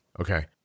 Okay